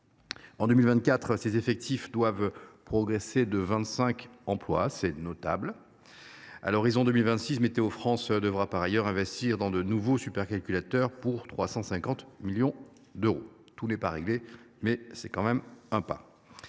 En 2024, ses effectifs doivent progresser de 25 ETPT – c’est notable. À l’horizon 2026, Météo France devra par ailleurs investir dans de nouveaux supercalculateurs, pour 350 millions d’euros. Tout n’est donc pas réglé, mais c’est un pas